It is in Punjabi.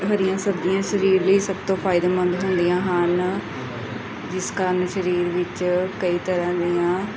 ਹਰੀਆਂ ਸਬਜ਼ੀਆਂ ਸਰੀਰ ਲਈ ਸਭ ਤੋਂ ਫਾਇਦੇਮੰਦ ਹੁੰਦੀਆਂ ਹਨ ਜਿਸ ਕਾਰਨ ਸਰੀਰ ਵਿੱਚ ਕਈ ਤਰ੍ਹਾਂ ਦੀਆਂ